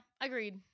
Agreed